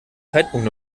zeitpunkt